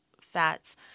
fats